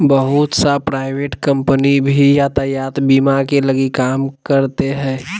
बहुत सा private company भी यातायात बीमा के लगी काम करते हइ